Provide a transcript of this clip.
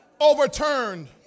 Overturned